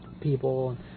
people